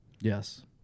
Yes